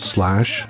Slash